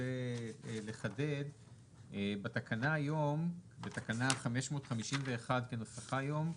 בתקנה 551 כנוסחה היום,